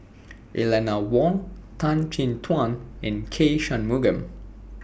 Eleanor Wong Tan Chin Tuan and K Shanmugam